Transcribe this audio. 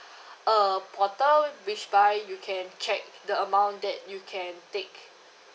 a portal which by you can check the amount that you can take